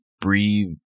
breathe